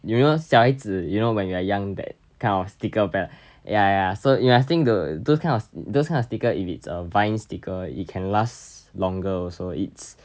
小孩子 you know when you are young that kind of sticker but ya ya so you must think to those kind of sticker if it's a vinyl sticker it can last longer also it's